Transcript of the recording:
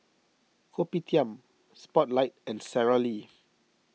Kopitiam Spotlight and Sara Lee